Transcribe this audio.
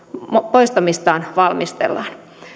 poistamistaan valmistellaan